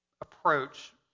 approach